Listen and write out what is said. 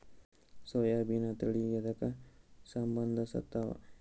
ಸೋಯಾಬಿನ ತಳಿ ಎದಕ ಸಂಭಂದಸತ್ತಾವ?